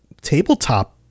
tabletop